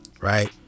right